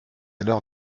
l’heure